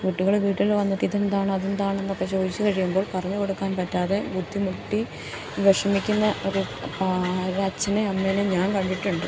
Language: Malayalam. കുട്ടികൾ വീട്ടിൽ വന്നിട്ട് ഇതെന്താണ് അതെന്താണെന്നൊക്കെ ചോദിച്ച് കഴിയുമ്പോൾ പറഞ്ഞ് കൊടുക്കാൻ പറ്റാതെ ബുദ്ധിമുട്ടി വിഷമിക്കുന്ന ഒരു ഒരു അച്ഛനെയും അമ്മനെയും ഞാൻ കണ്ടിട്ടുണ്ട്